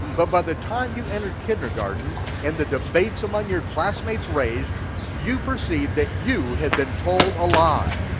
but by the time you entered kindergarten and the debates among your classmates raised you perceive that you had been told a lie.